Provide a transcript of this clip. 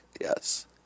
yes